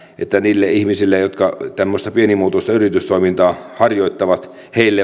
että niille ihmisille jotka tämmöistä pienimuotoista yritystoimintaa harjoittavat